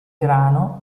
grano